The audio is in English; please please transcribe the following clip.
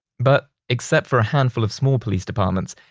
but except for a handful of small police departments,